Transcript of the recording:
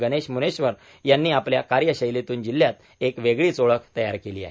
गणेश मुनेश्वर यांनी आपल्या कार्यशैलीतून जिल्हयात एक वेगळीच ओळख तयार केली आहे